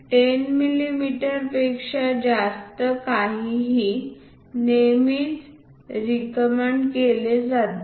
10 मिमी पेक्षा जास्त काहीही नेहमीच रिकमेंड केले जाते